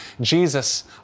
Jesus